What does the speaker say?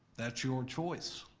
that's your choice,